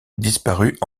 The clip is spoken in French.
disparut